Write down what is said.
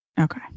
Okay